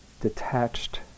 detached